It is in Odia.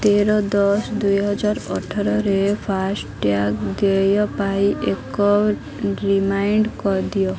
ତେର ଦଶ ଦୁଇହଜାର ଅଠରରେ ଫାସ୍ଟ୍ୟାଗ୍ ଦେୟ ପାଇଁ ଏକ ରିମାଇଣ୍ଡ୍ କରଦିଅ